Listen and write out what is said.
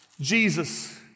Jesus